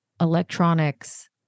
electronics